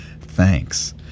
thanks